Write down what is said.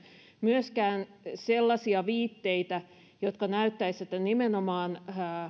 myöskään sellaisia viitteitä jotka näyttäisivät että nimenomaan